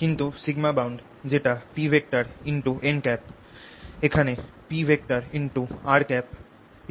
কিন্তু sigma bound যেটা Pn এখানে Pr